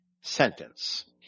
sentence